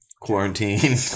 quarantine